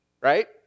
right